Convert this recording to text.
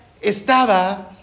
estaba